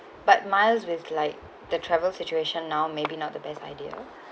but miles with like the travel situation now maybe not the best idea